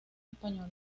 española